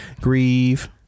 Grieve